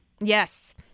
yes